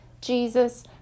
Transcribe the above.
Jesus